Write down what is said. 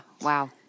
Wow